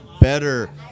better